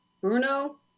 Bruno